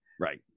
Right